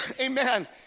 amen